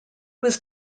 was